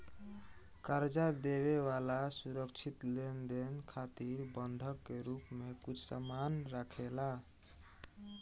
कर्जा देवे वाला सुरक्षित लेनदेन खातिर बंधक के रूप में कुछ सामान राखेला